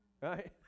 Right